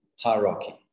hierarchy